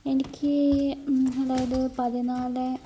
എനിക്ക് അതായത് പതിനാല്